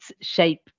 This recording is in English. shape